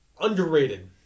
underrated